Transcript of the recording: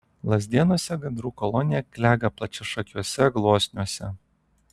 lazdėnuose gandrų kolonija klega plačiašakiuose gluosniuose